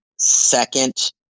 second